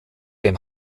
dem